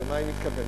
ולמה היא מתכוונת?